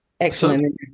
Excellent